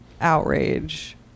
outrage